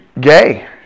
Gay